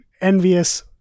envious